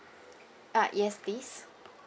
ah yes please